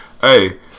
Hey